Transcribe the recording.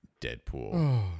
Deadpool